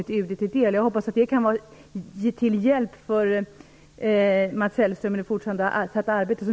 Det är glädjande, och jag hoppas att det kan vara till hjälp för Mats Hellström i det fortsatta arbete.